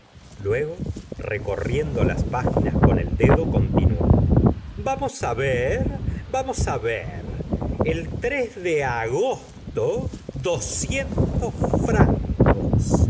luego r ecorriendo las páginas con el dedo continuó vamos á ver vamos á ver el de agosto francos